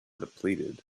depleted